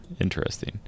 Interesting